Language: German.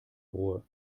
ruhe